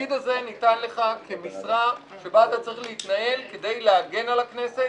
התפקיד הזה ניתן לך כמשרה שבה אתה צריך להתנהל כדי להגן הכנסת